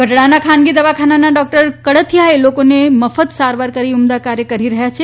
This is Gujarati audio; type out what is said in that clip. ગઢડાના ખાનગી દવાખાનાના ડોકટર કળથીયા લોકોની મફત સારવાર કરી ઉમદા કાર્ય કરી રહ્યાં છે